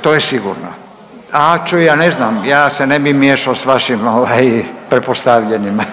To je sigurno, a čuj ja ne znam ja se ne bi miješao sa vašim ovaj pretpostavljenima.